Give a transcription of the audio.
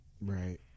Right